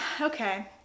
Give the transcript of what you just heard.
okay